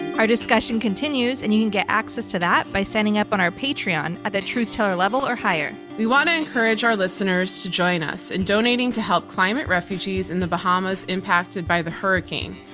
our discussion continues, and you can get access to that by standing up on our patreon at the truth teller level or higher. we want to encourage our listeners to join us in donating to help climate refugees in the bahamas impacted by the hurricane.